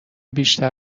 بیشتر